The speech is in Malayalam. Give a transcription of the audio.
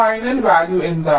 ഫൈനൽ വാല്യൂ എന്താണ്